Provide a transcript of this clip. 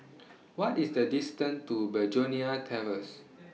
What IS The distance to Begonia Terrace